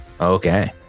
okay